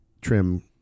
trim